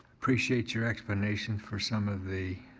appreciate your explanation for some of the